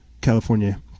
California